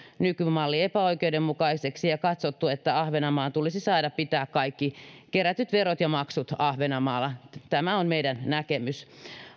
nykymalli epäoikeudenmukaiseksi ja katsottu että ahvenanmaan tulisi saada pitää kaikki kerätyt verot ja maksut ahvenanmaalla tämä on meidän näkemyksemme